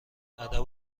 ادب